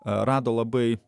rado labai